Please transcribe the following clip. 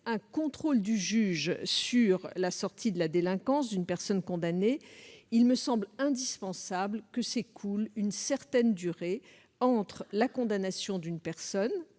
un contrôle du juge sur la sortie de la délinquance d'une personne condamnée, il me semble indispensable que s'écoule une certaine durée entre la condamnation d'une personne